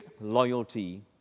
loyalty